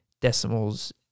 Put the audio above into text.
decimals